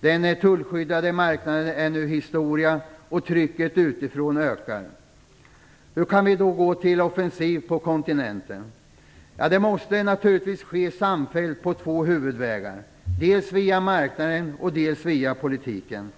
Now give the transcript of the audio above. Den tullskyddade marknaden är nu historia, och trycket utifrån ökar. Hur kan vi då gå till offensiv på kontinenten? Det måste naturligtvis ske samfällt på två huvudvägar: dels via marknaden, dels via politiken.